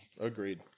Agreed